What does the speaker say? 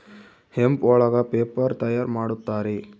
hemp ಒಳಗ paper ತಯಾರ್ ಮಾಡುತ್ತಾರೆ